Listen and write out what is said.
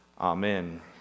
Amen